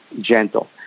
gentle